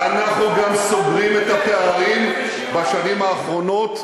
ואנחנו גם סוגרים את הפערים בשנים האחרונות,